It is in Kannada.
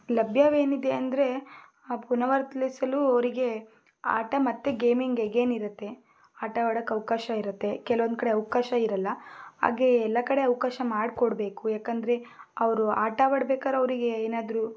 ಲಭ್ಯವೇನಿದೆ ಅಂದರೆ ಪುನವರ್ಥ್ಲಿಸಲು ಅವರಿಗೆ ಆಟ ಮತ್ತೆ ಗೇಮಿಂಗ್ ಅಗೈನ್ ಇರತ್ತೆ ಆಟ ಆಡೋಕೆ ಅವಕಾಶ ಇರತ್ತೆ ಕೆಲವೊಂದು ಕಡೆ ಅವಕಾಶ ಇರಲ್ಲ ಹಾಗೆ ಎಲ್ಲ ಕಡೆ ಅವಕಾಶ ಮಾಡ್ಕೊಡ್ಬೇಕು ಯಾಕಂದರೆ ಅವರು ಆಟವಾಡ್ಬೇಕಾದ್ರೆ ಅವರಿಗೆ ಏನಾದರೂ